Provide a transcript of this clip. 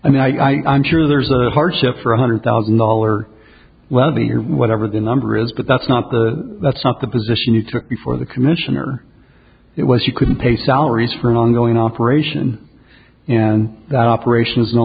i mean i am sure there's a hardship for a hundred thousand dollar welby whatever the number is but that's not the that's not the position you took before the commissioner it was you couldn't pay salaries for an ongoing operation and that operation is no